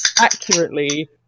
accurately